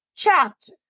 chapter